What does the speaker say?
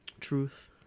truth